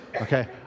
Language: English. Okay